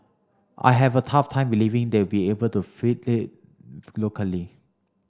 I have a tough time believing they'll be able to fill it locally